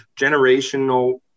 generational